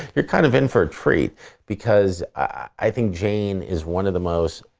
you're kind of in for a treat because i think jane is one of the most